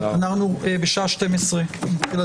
הישיבה ננעלה בשעה 11:55.